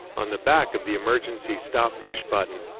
on the back of the emergency stop push button,